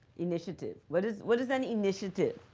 initiative. what is what is an initiative?